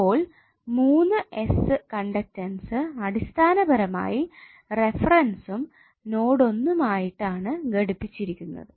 അപ്പോൾ 3 s conductance അടിസ്ഥാനപരമായി റെഫെറെൻസും നോഡ് ഒന്നും ആയിട്ട് ആണ് ഘടിപ്പിച്ചിരിക്കുന്നത്